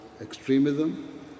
extremism